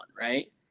right